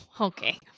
Okay